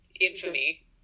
infamy